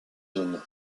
zone